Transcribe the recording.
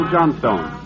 Johnstone